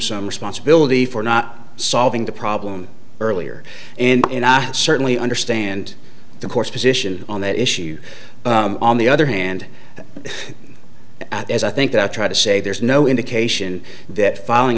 some responsibility for not solving the problem earlier and i certainly understand the course position on that issue on the other hand as i think that trying to say there's no indication that filing